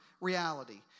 reality